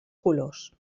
colors